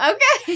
Okay